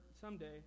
someday